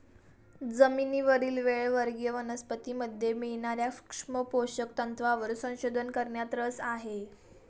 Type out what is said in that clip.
जमिनीवरील वेल वर्गीय वनस्पतीमध्ये मिळणार्या सूक्ष्म पोषक तत्वांवर संशोधन करण्यात रस आहे